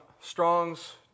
Strong's